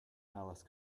alice